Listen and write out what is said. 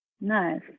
Nice